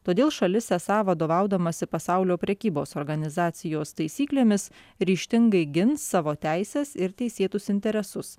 todėl šalis esą vadovaudamasi pasaulio prekybos organizacijos taisyklėmis ryžtingai gins savo teises ir teisėtus interesus